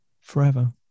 forever